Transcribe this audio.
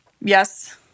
Yes